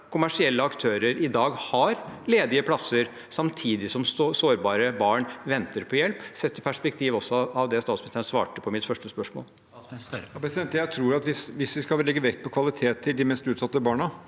kommersielle aktører i dag har ledige plasser, samtidig som sårbare barn venter på hjelp – sett i perspektiv også av det statsministeren svarte på mitt første spørsmål? Statsminister Jonas Gahr Støre Jeg tror at hvis vi skal legge vekt på kvalitet til de mest utsatte barna,